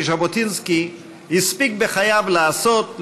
כי ז'בוטינסקי הספיק בחייו לעשות,